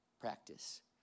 practice